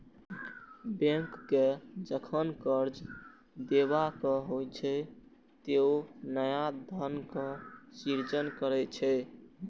bank कें जखन कर्ज देबाक होइ छै, ते ओ नया धनक सृजन करै छै